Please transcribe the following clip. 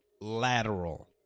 lateral